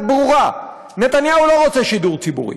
ברורה: נתניהו לא רוצה שידור ציבורי.